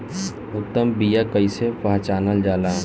उत्तम बीया कईसे पहचानल जाला?